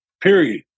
period